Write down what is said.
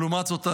לעומת זאת,